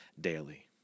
daily